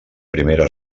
primera